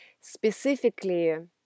Specifically